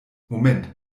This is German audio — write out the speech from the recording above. moment